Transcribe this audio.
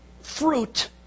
fruit